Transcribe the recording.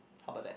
how about that